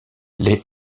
les